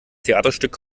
theaterstück